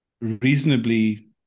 reasonably